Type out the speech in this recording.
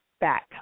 back